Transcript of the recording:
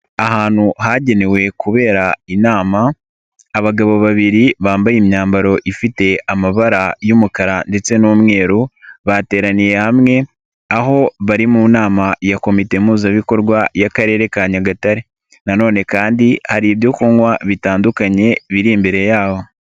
Ahantu hagenewe kubera inama, abagabo babiri bambaye imyambaro ifite amabara y'umukara ndetse n'umweru, bateraniye hamwe aho bari mu nama ya komite mpuzabikorwa y'akarere ka Nyagatare, na none kandi hari ibyo kunywa bitandukanye biri imbere yabo.